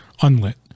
unlit